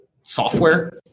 software